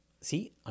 See